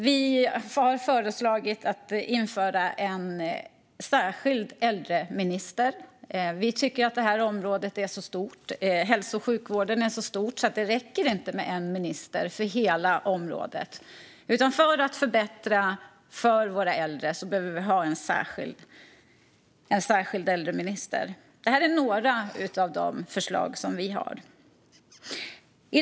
Vi har föreslagit att man ska införa en särskild äldreminister. Vi tycker att hälso och sjukvårdsområdet är så stort att det inte räcker med en minister för hela området utan att det, för att förbättra för våra äldre, behövs en särskild äldreminister. Det är några av de förslag vi har.